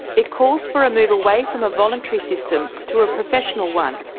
it calls for a move away from a voluntary system to a professional one,